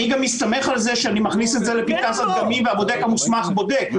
אני גם מסתמך על זה שאני מכניס את זה לבדיקת הדגמים והבודק המוסמך בודק.